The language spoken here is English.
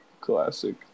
Classic